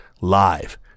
live